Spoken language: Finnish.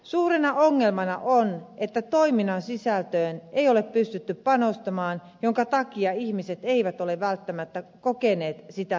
suurena ongelmana on että toiminnan sisältöön ei ole pystytty panostamaan minkä takia ihmiset eivät ole välttämättä kokeneet sitä mielekkääksi